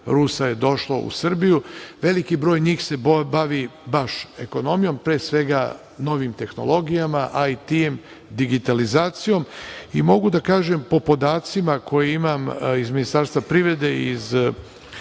Rusa je došlo u Srbiju. Veliki broj njih se bavi baš ekonomijom, pre svega novim tehnologijama, IT, digitalizacijom i mogu da kažem po podacima koje imam iz Ministarstva privrede, iz